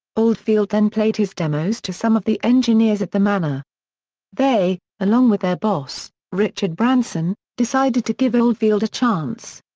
oldfield then played his demos to some of the engineers at the manor they, along with their boss, richard branson, decided to give oldfield a chance.